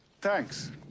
Thanks